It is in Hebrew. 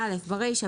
ברישה,